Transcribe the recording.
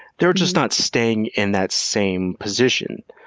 they're just not staying in that same position.